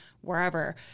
wherever